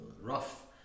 rough